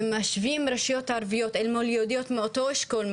ומשווים רשויות ערביות אל מול יהודיות מאותו אשכול,